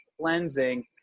cleansing